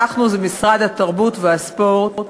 אנחנו זה משרד התרבות והספורט,